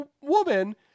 woman